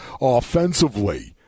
offensively